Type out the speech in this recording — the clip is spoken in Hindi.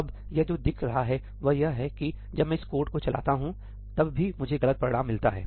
अब यह जो दिखा रहा है वह यह है कि जब मैं इस कोड को चलाता हूंसही तब भी मुझे गलत परिणाम मिलता है